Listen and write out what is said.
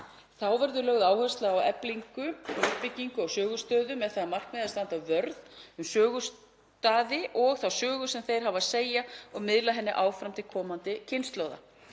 Þá verður lögð áhersla á eflingu og uppbyggingu á sögustöðum með það að markmiði að standa vörð um sögustaði og þá sögu sem þeir hafa að segja og miðla henni áfram til komandi kynslóða.